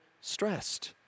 stressed